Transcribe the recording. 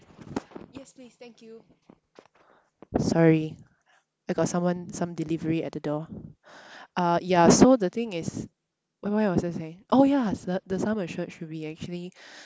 yes please thank you sorry I got someone some delivery at the door uh ya so the thing is where where was I saying oh yes the sum assured should be actually